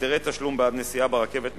הסדרי תשלום בעד נסיעה ברכבת מקומית,